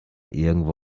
irgendwo